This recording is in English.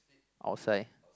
outside